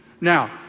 Now